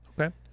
Okay